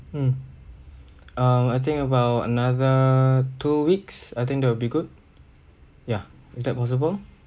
mm um I think about another two weeks I think that will be good ya is that possible